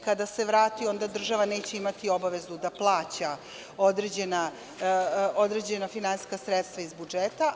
Kada se vrati, onda država neće imati obavezu da plaća određena finansijska sredstva iz budžeta.